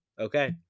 Okay